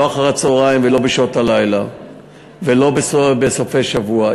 לא אחרי הצהריים ולא בשעות הלילה ולא בסופי שבוע.